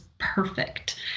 perfect